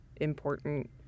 important